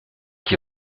qui